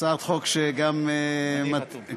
הצעת חוק שגם, גם אני חתום.